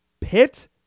Pitt